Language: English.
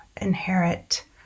inherit